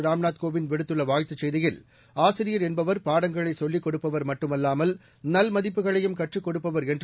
ராம்நாத் கோவிந்த விடுத்துள்ள வாழ்த்துச் செய்தியில் ஆசிரியர் என்பவர் பாடங்களை சொல்லிக் கொடுப்பவர் மட்டுமல்லாமல் நல் மதிப்புகளையும் கற்றுக் கொடுப்பவர் என்று